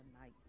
night